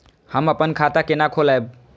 हम अपन खाता केना खोलैब?